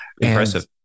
impressive